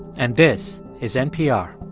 and this is npr